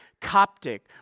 Coptic